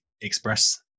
express